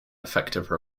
effective